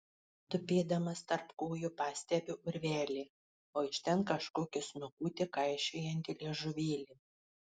tupėdamas tarp kojų pastebiu urvelį o iš ten kažkokį snukutį kaišiojantį liežuvėlį